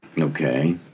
Okay